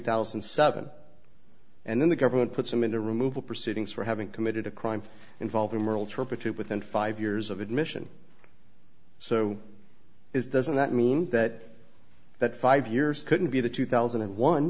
thousand and seven and then the government puts them into removal proceedings for having committed a crime involving moral turpitude within five years of admission so is doesn't that mean that that five years couldn't be the two thousand and one